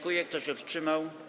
Kto się wstrzymał?